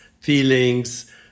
feelings